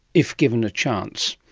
if given a chance.